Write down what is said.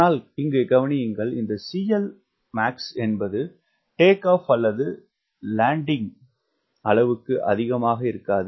ஆனால் கவனியுங்கள் இந்த CLmax என்பது டேக் ஆப் அல்லது லேண்டிங்க் அளவுக்கு அதிகமாகயிருக்காது